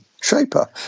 shaper